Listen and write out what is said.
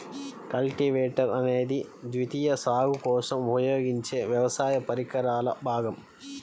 cultivator అనేది ద్వితీయ సాగు కోసం ఉపయోగించే వ్యవసాయ పరికరాల భాగం